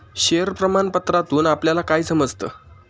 Share प्रमाण पत्रातून आपल्याला काय समजतं?